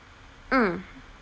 mm